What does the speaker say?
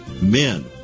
men